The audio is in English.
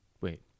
wait